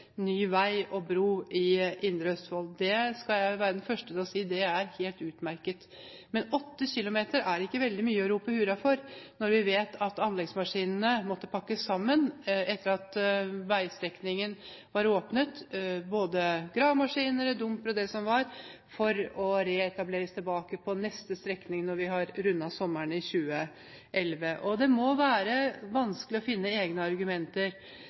ny vei og bro i Indre Østfold. Jeg skal være den første til å si at det er helt utmerket. Men åtte kilometer er ikke veldig mye å rope hurra for når vi vet at anleggsmaskinene måtte pakke sammen etter at veistrekningen var åpnet, både gravmaskiner, dumpere og det som var, og må reetableres til neste strekning, når vi har rundet sommeren i 2011. Det må være vanskelig å finne egne argumenter